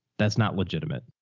that's not legitimate.